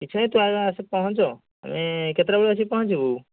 କିଛି ନାହିଁ ତୁ ଆଗ ଆସିକି ପହଞ୍ଚ ମାନେ କେତେଟା ବେଳେ ଆସିକି ପହଞ୍ଚିବୁ